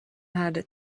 had